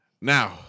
Now